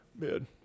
man